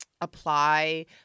apply